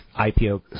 IPO